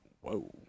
whoa